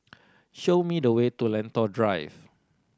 show me the way to Lentor Drive